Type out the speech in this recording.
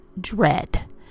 dread